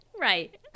Right